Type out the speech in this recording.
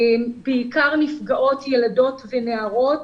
בעיקר נפגעות ילדות ונערות,